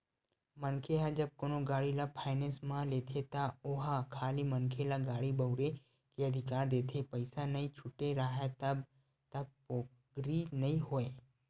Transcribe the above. मनखे ह जब कोनो गाड़ी ल फायनेंस म लेथे त ओहा खाली मनखे ल गाड़ी बउरे के अधिकार देथे पइसा नइ छूटे राहय तब तक पोगरी नइ होय